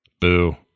Boo